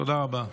תודה רבה.